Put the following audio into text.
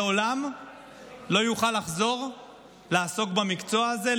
לעולם לא יוכל לחזור לעסוק במקצוע הזה,